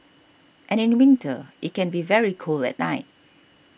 and in winter it can be very cold at night